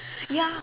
ya